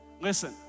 Listen